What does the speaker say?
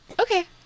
Okay